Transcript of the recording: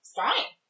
fine